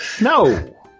No